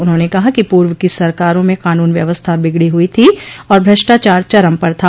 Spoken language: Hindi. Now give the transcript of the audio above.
उन्होंने कहा कि पूर्व की सरकारों में कानून व्यवस्था बिगड़ी हुई थी और भ्रष्टाचार चरम पर था